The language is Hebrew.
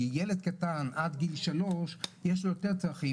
כי ילד קטן עד גיל שלוש יש לו יותר צרכים,